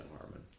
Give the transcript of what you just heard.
Harmon